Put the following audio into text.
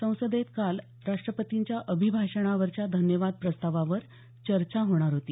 संसदेत काल राष्ट्रपतींच्या अभिभाषणावरच्या धन्यवाद प्रस्तावावर चर्चा होणार होती